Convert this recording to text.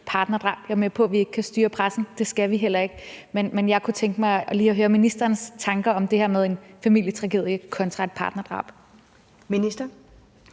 Jeg er med på, at vi ikke kan styre pressen, og det skal vi heller ikke, men jeg kunne tænke mig lige at høre ministerens tanker om det her med en familietragedie kontra et partnerdrab. Kl.